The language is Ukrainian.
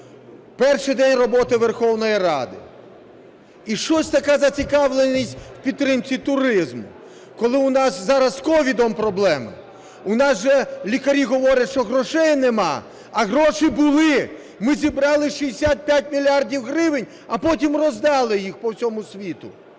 перший день роботи Верховної Ради і щось така зацікавленість у підтримці туризму, коли у нас зараз з COVID проблеми, у нас же лікарі говорять, що грошей нема. А гроші були, ми зібрали 65 мільярдів гривень, а потім роздали їх по всьому світу.